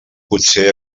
potser